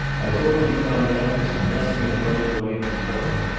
i thought you'd found out there's nothing in running away from trouble.